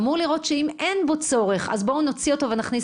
אמור לראות שאם אין בו צורך אז נוציא אותו ונכניס